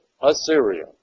Assyria